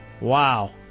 Wow